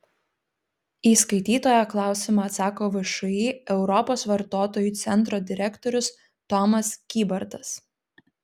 į skaitytojo klausimą atsako všį europos vartotojų centro direktorius tomas kybartas